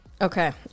Okay